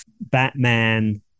Batman